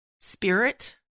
spirit